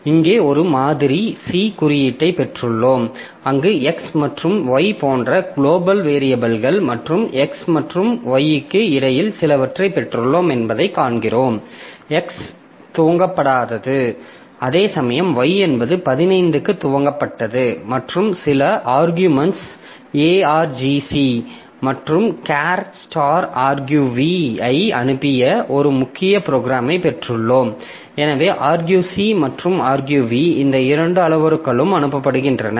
இங்கே ஒரு மாதிரி C குறியீட்டைப் பெற்றுள்ளோம் அங்கு x மற்றும் y போன்ற குளோபல் வேரியபில்கள் மற்றும் x மற்றும் Y க்கு இடையில் சிலவற்றைப் பெற்றுள்ளோம் என்பதைக் காண்கிறோம் x துவக்கப்படாதது அதேசமயம் y என்பது 15 க்கு துவக்கப்பட்டது மற்றும் சில ஆர்குயுமெண்ட்ஸ் argc மற்றும் charagrv ஐ அனுப்பிய ஒரு முக்கிய ப்ரோக்ராமை பெற்றுள்ளோம் எனவே argc மற்றும் agrv இந்த இரண்டு அளவுருக்கள் அனுப்பப்படுகின்றன